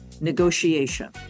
negotiation